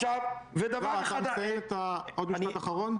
ודבר אחד -- משפט אחרון.